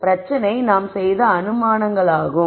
பிரச்சனை நாம் செய்த அனுமானங்களாகும்